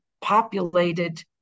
populated